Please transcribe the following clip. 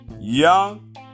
young